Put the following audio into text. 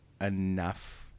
enough